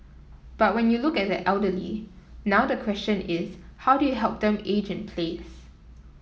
but when you look at the elderly now the question is how do you help them to age in place